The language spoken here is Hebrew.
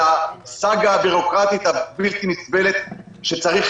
על הסאגה הביורוקרטית הבלתי נסבלת שצריך